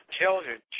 Children